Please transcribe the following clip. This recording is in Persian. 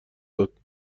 داد